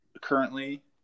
currently